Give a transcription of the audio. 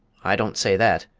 i don't say that.